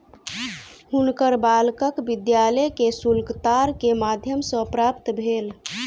हुनकर बालकक विद्यालय के शुल्क तार के माध्यम सॅ प्राप्त भेल